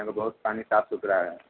इहाँके बहुत पानी साफ सुथड़ा हय